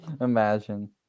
Imagine